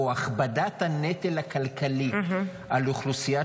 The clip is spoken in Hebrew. או הכבדת הנטל הכלכלי על אוכלוסיית